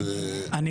האם,